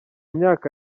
myaka